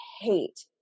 hate